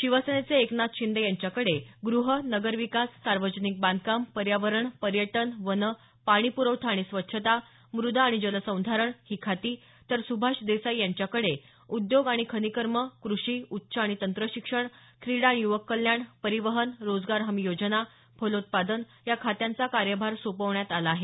शिवसेनेचे एकनाथ शिंदे यांच्याकडे गृह नगरविकास सार्वजनिक बांधकाम पर्यावरण पर्यटन वन पाणी प्रवठा आणि स्वच्छता मृद आणि जलसंधारण ही खाती तर सुभाष देसाई यांच्याकडे उद्योग आणि खनिकर्म कृषी उच्च आणि तंत्रशिक्षण क्रीडा आणि युवक कल्याण परिवहन रोजगार हमी योजना फलोत्पादन या खात्यांचा कार्यभार सोपवण्यात आला आहे